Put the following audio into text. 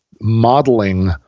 modeling